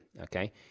okay